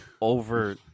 over